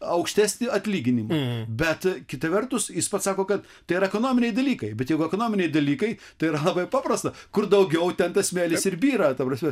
aukštesnį atlyginimą bet kita vertus jis pats sako kad tai yra ekonominiai dalykai bet jeigu ekonominiai dalykai tai yra labai paprasta kur daugiau ten tas smėlis ir byra ta prasme